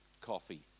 coffee